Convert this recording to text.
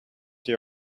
they